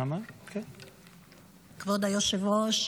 כבוד היושב-ראש,